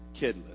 kidless